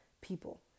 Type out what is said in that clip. people